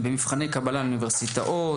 במבחני קבלה לאוניברסיטאות,